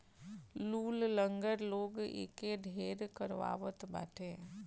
लूल, लंगड़ लोग एके ढेर करवावत बाटे